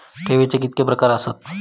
ठेवीचे कितके प्रकार आसत?